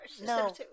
No